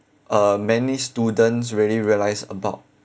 uh many students really realise about